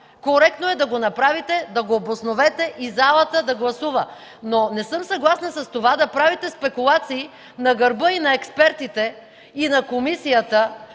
Коректно е да го направите, да го обосновете и залата да гласува. Не съм съгласна обаче да правите спекулации на гърба и на експертите, и на комисията,